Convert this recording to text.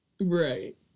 right